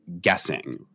guessing